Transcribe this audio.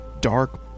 Dark